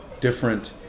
different